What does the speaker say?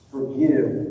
Forgive